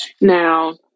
Now